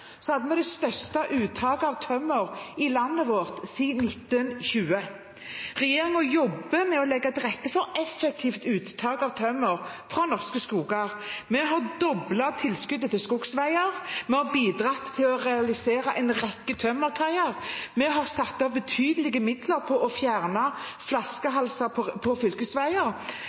hadde vi det største uttaket av tømmer i landet vårt siden 1920. Regjeringen jobber med å legge til rette for effektivt uttak av tømmer fra norske skoger. Vi har doblet tilskuddet til skogsveier, vi har bidratt til å realisere en rekke tømmerkaier, og vi har satt av betydelige midler til å fjerne flaskehalser på fylkesveier.